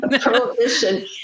Prohibition